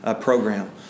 program